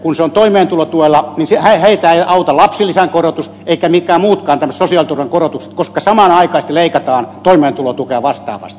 kun se on toimeentulotuella niin heitä ei auta lapsilisän korotus eivätkä mitkään muutkaan sosiaaliturvan korotukset koska samanaikaisesti leikataan toimeentulotukea vastaavasti